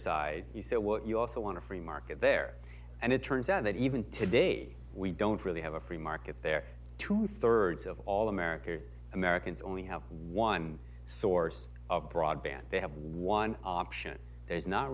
side he said what you also want to free market there and it turns out that even today we don't really have a free market there are two thirds of all america or americans only have one source of broadband they have one option there's not